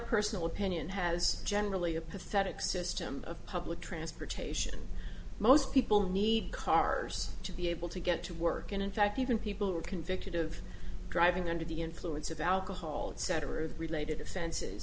personal opinion has generally a pathetic system of public transportation most people need cars to be able to get to work and in fact even people who are convicted of driving under the influence of alcohol etc related offens